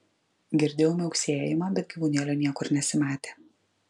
girdėjau miauksėjimą bet gyvūnėlio niekur nesimatė